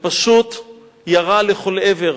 ופשוט ירה לכל עבר.